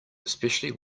especially